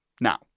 Now